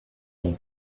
ont